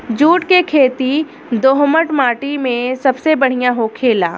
जुट के खेती दोहमट माटी मे सबसे बढ़िया होखेला